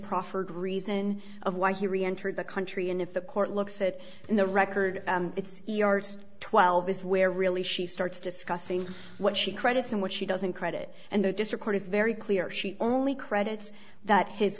proffered reason of why he reentered the country and if the court looks at the record it's twelve is where really she starts discussing what she credits and what she doesn't credit and the just record is very clear she only credits that his